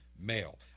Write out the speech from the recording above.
male